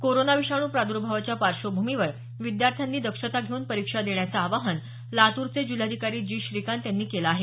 corona विषाणू प्रादर्भावाच्या पार्श्वभूमीवर विद्यार्थ्यांनी दक्षता घेऊन परीक्षा देण्याचं आवाहन लातूरचे जिल्हाधिकारी जी श्रीकांत यांनी केलं आहे